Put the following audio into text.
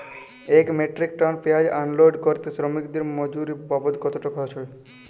এক metric ton পেঁয়াজ unload করতে শ্রমিকের মজুরি বাবদ কত খরচ হয়?